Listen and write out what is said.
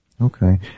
Okay